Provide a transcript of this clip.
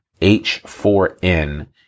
H4n